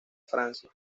francia